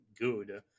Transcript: good